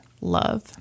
love